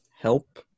help